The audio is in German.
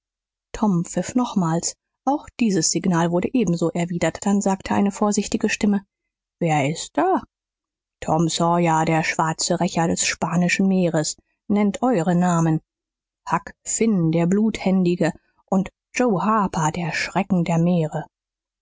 tom pfiff nochmals auch dieses signal wurde ebenso erwidert dann sagte eine vorsichtige stimme wer ist da tom sawyer der schwarze rächer des spanischen meeres nennt eure namen huck finn der bluthändige und joe harper der schrecken der meere